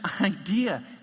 idea